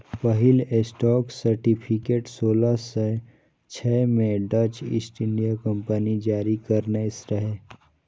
पहिल stock certificate सोलह सय छह मे डच ईस्ट इंडिया कंपनी जारी करने रहै